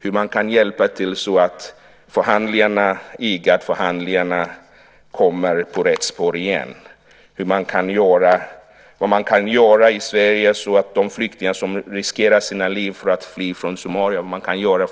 Hur kan man hjälpa till så att förhandlingarna kommer in på rätt spår igen? Vad kan man göra i Sverige för att hjälpa de flyktingar som riskerar sina liv för att fly från Somalia?